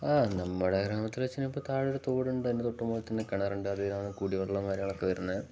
ആ നമ്മുടെ ഗ്രാമത്തിൽ വെച്ച് കഴിഞ്ഞാൽ ഇപ്പോൾ താഴെ ഒരു തോടുണ്ട് അതിൻ്റെ തൊട്ടു മുകളിൽ തന്നെ കിണറുണ്ട് അതിലാന്ന് കൂടി വെള്ളം നല്ലത് കണക്കെ വരുന്നത്